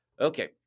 Okay